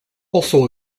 also